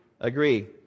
agree